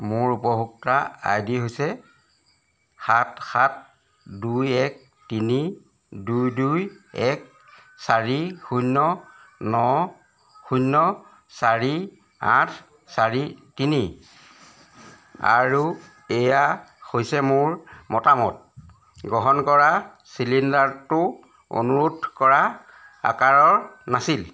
মোৰ উপভোক্তা I D হৈছে সাত সাত দুই এক তিনি দুই দুই এক চাৰি শূন্য ন শূন্য চাৰি আঠ চাৰি তিনি আৰু এয়া হৈছে মোৰ মতামত গ্ৰহণ কৰা চিলিণ্ডাৰটো অনুৰোধ কৰা আকাৰৰ নাছিল